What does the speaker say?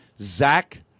zach